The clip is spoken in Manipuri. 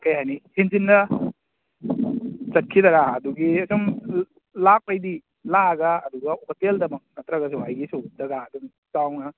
ꯀꯔꯤ ꯍꯥꯏꯅꯤ ꯍꯦꯟꯖꯤꯟꯅ ꯆꯠꯈꯤꯗꯔꯥ ꯑꯗꯨꯒꯤ ꯑꯗꯨꯝ ꯂꯥꯛꯄꯩꯗꯤ ꯂꯥꯛꯑꯒ ꯑꯗꯨꯗ ꯍꯣꯇꯦꯜꯗꯃꯛ ꯅꯠꯇ꯭ꯔꯒꯁꯨ ꯑꯩꯒꯤꯁꯨ ꯖꯒꯥ ꯑꯗꯨꯝ ꯆꯥꯎꯅ